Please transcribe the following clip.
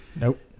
nope